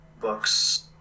books